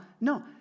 no